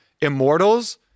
Immortals